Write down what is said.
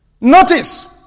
Notice